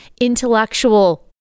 intellectual